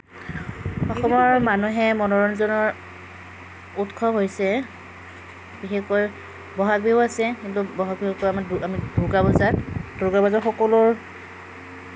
অসমৰ মানুহৰ মনোৰঞ্জনৰ উৎস হৈছে বিশেষকৈ বহাগ বিহু আছে কিন্তু বহাগ বিহুটো আমাৰ দুৰ্গা পূজাত দুৰ্গা পূজাৰ সকলো